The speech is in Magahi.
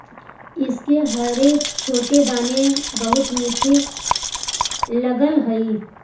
इसके हरे छोटे दाने बहुत मीठे लगअ हई